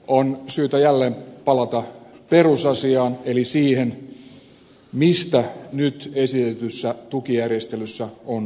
on syytä jälleen palata perusasiaan eli siihen mistä nyt esitetyssä tukijärjestelyssä on kysymys